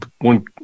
one